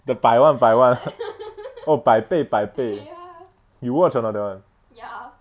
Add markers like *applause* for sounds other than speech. the 百万百万 *laughs* oh 百倍百倍 you watch or not that [one]